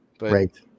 Right